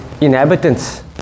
inhabitants